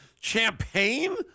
Champagne